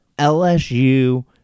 LSU